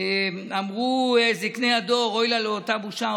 ואמרו זקני הדור "אוי לה לאותה בושה,